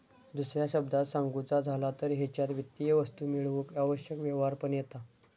दुसऱ्या शब्दांत सांगुचा झाला तर हेच्यात वित्तीय वस्तू मेळवूक आवश्यक व्यवहार पण येता